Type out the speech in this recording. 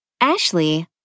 Ashley